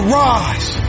rise